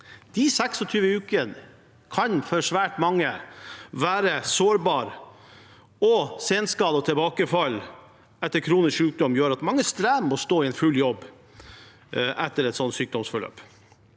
De 26 ukene kan for svært mange være sårbare. Senskader og tilbakefall etter kronisk sykdom gjør at mange strever med å stå i en full jobb etter et sånt sykdomsforløp.